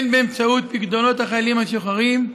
הן באמצעות פיקדונות החיילים המשוחררים,